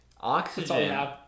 Oxygen